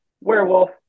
Werewolf